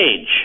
age